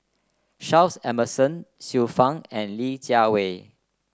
Charles Emmerson Xiu Fang and Li Jiawei